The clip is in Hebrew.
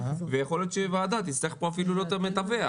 ויכול להיות שהוועדה תצטרך להיות המתווך.